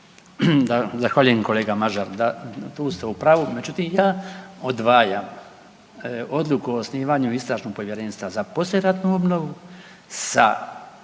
Zahvaljujem kolega Mažar, pa tu ste u pravu, međutim ja odvajam odluku o osnivanju istražnog povjerenstva za poslijeratnu obnovu sa